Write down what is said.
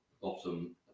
bottom